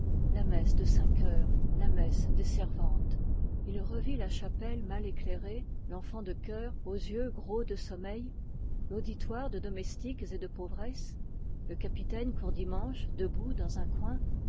la messe de cinq heures la messe des servantes augustin revit la chapelle mal éclairée l'enfant de chœur aux yeux gros de sommeil l'auditoire de domestiques et de pauvresses le capitaine courdimanche debout dans un coin